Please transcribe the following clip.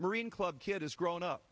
marine club kid is grown up